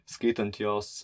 skaitant jos